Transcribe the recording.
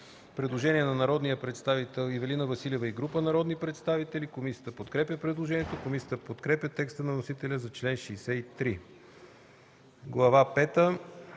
Предложение на народния представител Ивелина Василева и група народни представители по чл. 63. Комисията подкрепя предложението. Комисията подкрепя текста на вносителя за чл. 63. Глава